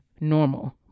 normal